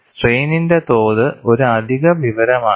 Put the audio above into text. സ്ട്രെയിന്റെ തോത് ഒരു അധിക വിവരമാണ്